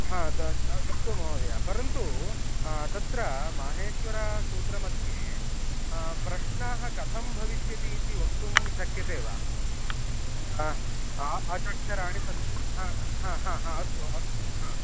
त अस्तु महोदय परन्तु तत्र माहेश्वरसूत्रमध्ये प्रश्नाः कथं भविष्यति इति वक्तुं शक्यते वा तत्र अच् अक्षराणि सन्ति अस्तु अस्तु